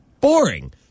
boring